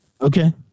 okay